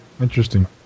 Interesting